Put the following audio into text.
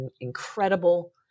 incredible